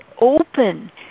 open